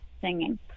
singing